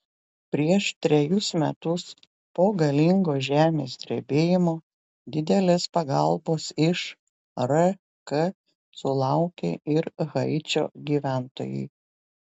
prieš trejus metus po galingo žemės drebėjimo didelės pagalbos iš rk sulaukė ir haičio gyventojai